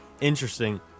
Interesting